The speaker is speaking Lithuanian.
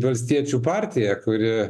valstiečių partiją kuri